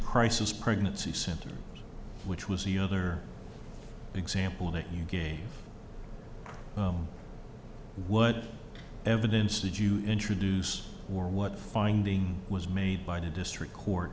crisis pregnancy centers which was the other example that you gave what evidence did you introduce what finding was made by the district court